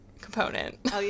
component